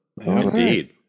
indeed